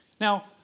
Now